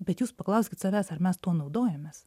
bet jūs paklauskit savęs ar mes tuo naudojamės